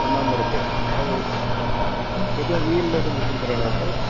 பண்ணாமல் இருக்கு ஓ எப்படி உயில் எதுவும் கொடுத்துருக்கிறாரா சார்